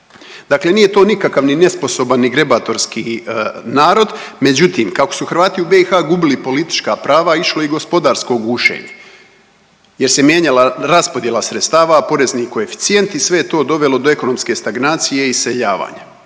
Dakle nije to nikakav ni nesposoban, ni grebatorski narod, međutim kako su Hrvati u BiH gubili politička prava išlo je i gospodarsko gušenje jer se mijenjala raspodjela sredstava, porezni koeficijenti, sve je to dovelo do ekonomske stagnacije i iseljavanja.